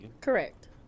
Correct